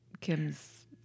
Kim's